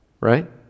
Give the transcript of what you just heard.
right